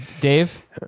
Dave